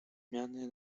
zmiany